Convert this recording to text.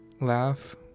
laugh